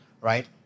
right